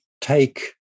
take